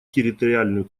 территориальную